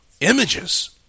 images